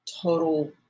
total